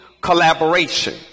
collaboration